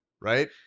Right